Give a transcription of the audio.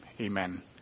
Amen